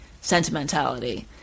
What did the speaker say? sentimentality